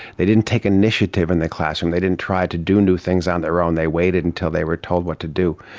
they didn't take initiative in the classroom, they didn't try to do new things on their own, they waited until they were told what to do.